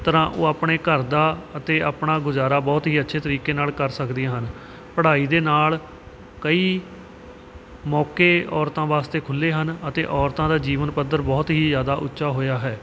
ਤਰ੍ਹਾਂ ਉਹ ਆਪਣੇ ਘਰ ਦਾ ਅਤੇ ਆਪਣਾ ਗੁਜ਼ਾਰਾ ਬਹੁਤ ਹੀ ਅੱਛੇ ਤਰੀਕੇ ਨਾਲ ਕਰ ਸਕਦੀਆਂ ਹਨ ਪੜ੍ਹਾਈ ਦੇ ਨਾਲ ਕਈ ਮੌਕੇ ਔਰਤਾਂ ਵਾਸਤੇ ਖੁੱਲ੍ਹੇ ਹਨ ਅਤੇ ਔਰਤਾਂ ਦਾ ਜੀਵਨ ਪੱਧਰ ਬਹੁਤ ਹੀ ਜ਼ਿਆਦਾ ਉੱਚਾ ਹੋਇਆ ਹੈ